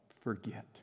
forget